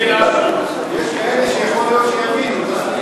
יש כאלה שיכול להיות שיבינו.